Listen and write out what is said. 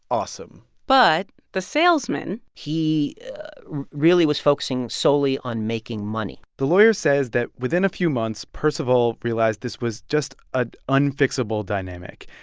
awesome but the salesman he really was focusing solely on making money the lawyer says that within a few months, percival realized this was just an unfixable dynamic.